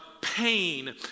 pain